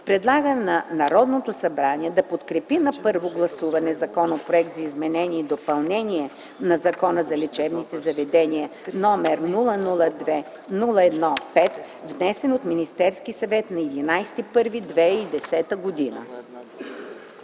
Предлага на Народното събрание да подкрепи на първо гласуване Законопроект за изменение и допълнение на Закона за лечебните заведения № 002-01-5, внесен от Министерския съвет на 11 януари